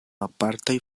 apartaj